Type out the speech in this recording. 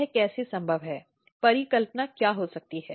यह कैसे संभव है परिकल्पना क्या हो सकती है